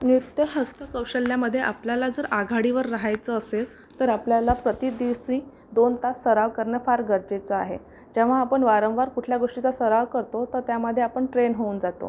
नुसत हस्तकौशल्यामध्ये आपल्याला जर आघाडीवर रहायचं असेल तर आपल्याला प्रतिदिवशी दोन तास सराव करणं फार गरजेचं आहे जेव्हा आपण वारंवार कुठल्या गोष्टीचा सराव करतो तर त्यामध्ये आपण ट्रेन होऊन जातो